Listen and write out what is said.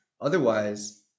Otherwise